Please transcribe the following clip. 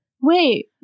Wait